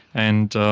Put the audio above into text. and